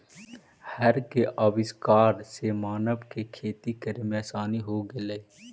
हर के आविष्कार से मानव के खेती करे में आसानी हो गेलई